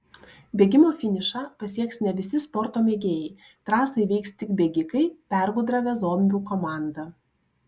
bėgimo finišą pasieks ne visi sporto mėgėjai trasą įveiks tik bėgikai pergudravę zombių komandą